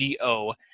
go